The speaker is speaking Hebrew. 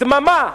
דממה.